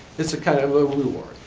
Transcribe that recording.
it's a kind of a reward.